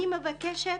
אני מבקשת,